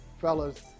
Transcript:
Fellas